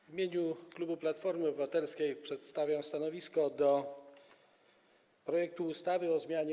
W imieniu klubu Platformy Obywatelskiej przedstawiam stanowisko co do projektu ustawy o zmianie